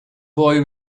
boy